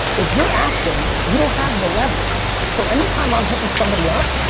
if you're asking, you don't have the leverage. so anytime i'm hitting somebody up,